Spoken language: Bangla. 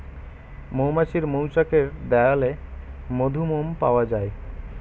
মৌমাছির মৌচাকের দেয়ালে মধু, মোম পাওয়া যায়